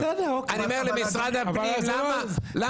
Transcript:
אני שואל את משרד הפנים,